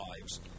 lives